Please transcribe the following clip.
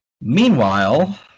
Meanwhile